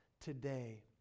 today